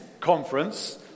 conference